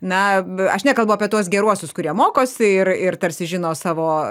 na aš nekalbu apie tuos geruosius kurie mokosi ir ir tarsi žino savo